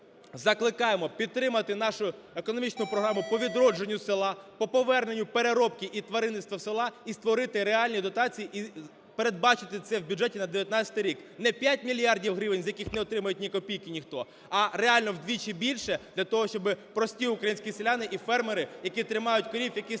ми закликаємо підтримати нашу економічну програму по відродженню села, по поверненню переробки і тваринництва в села і створити реальні дотації, і передбачити це в бюджеті на 19-й рік. Не 5 мільярдів гривень, з яких не отримають ні копійки ніхто, а реально вдвічі більше для того, щоби прості українські селяни і фермери, які тримають корів, які створюють